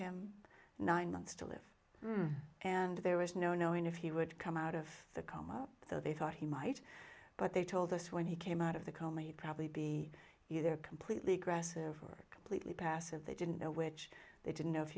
him nine months to live and there was no knowing if he would come out of the coma though they thought he might but they told us when he came out of the coma you'd probably be either completely aggressive or completely passive they didn't know which they didn't know if